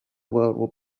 world